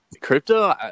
crypto